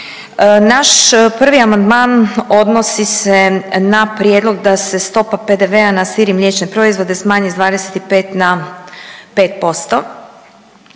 Naš prvi amandman odnosi se na prijedlog da se stopa PDV-a na sir i mliječne proizvode smanji s 25 na 5%.